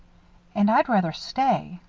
and i'd rather stay.